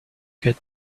get